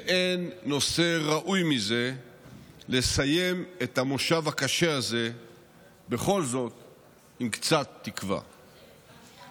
ואין נושא ראוי מזה לסיים את המושב הקשה הזה עם קצת תקווה בכל זאת.